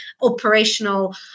operational